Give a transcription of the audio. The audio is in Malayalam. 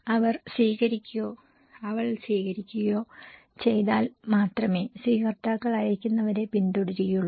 അവൻ വിശ്വസിക്കുകയോ അവൾ വിശ്വസിക്കുകയോ ചെയ്താൽ മാത്രമേ സ്വീകർത്താക്കൾ അയക്കുന്നവരെ പിന്തുടരുകയുള്ളൂ